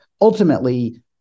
ultimately